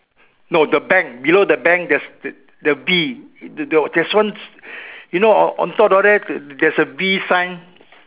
no the bank below the bank there's the B the the there's one you know on on top down there there there's a B sign